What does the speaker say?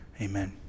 Amen